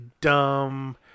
dumb